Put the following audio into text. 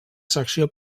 secció